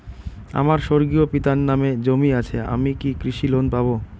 আমার স্বর্গীয় পিতার নামে জমি আছে আমি কি কৃষি লোন পাব?